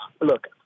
look